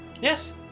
Yes